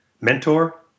mentor